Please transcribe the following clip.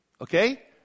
okay